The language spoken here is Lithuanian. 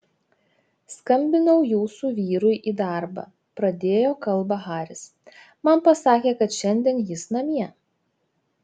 skambinau jūsų vyrui į darbą pradėjo kalbą haris man pasakė kad šiandien jis namie